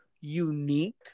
unique